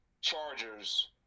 Chargers